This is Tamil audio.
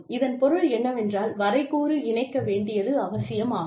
இதன் பொருள் என்னவென்றால் வரைகூறு இணைக்க வேண்டியது அவசியம் ஆகும்